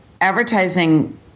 advertising